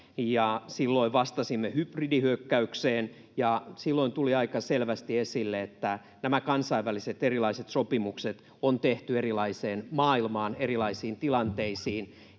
silloin vastasimme hybridihyökkäykseen. Silloin tuli aika selvästi esille, että nämä erilaiset kansainväliset sopimukset on tehty erilaiseen maailmaan, erilaisiin tilanteisiin.